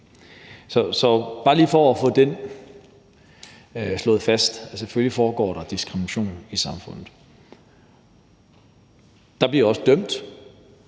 er bare lige for at få det slået fast, nemlig at der selvfølgelig foregår diskrimination i samfundet. Der bliver også dømt